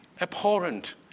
abhorrent